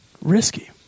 risky